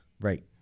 Right